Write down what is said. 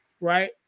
Right